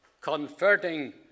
converting